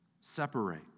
separate